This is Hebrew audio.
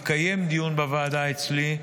התקיים דיון בוועדה אצלי,